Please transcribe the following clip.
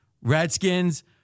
Redskins